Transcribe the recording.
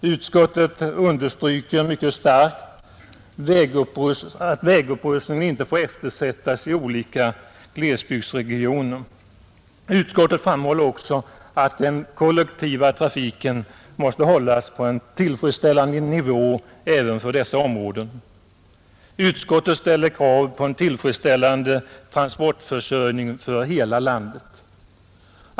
Utskottet understryker mycket starkt att Torsdagen den vägupprustningen inte får eftersättas i olika glesbygdsregioner. Utskottet — 13 maj 1971 framhåller också att den kollektiva trafiken måste hållas på en tillfredsställande nivå även för dessa områden. Utskottet ställer krav på en tillfredsställande transportförsörjning för hela landet.